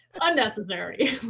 unnecessary